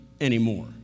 anymore